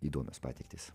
įdomios patirtys